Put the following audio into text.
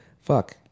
Fuck